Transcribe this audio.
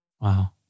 Wow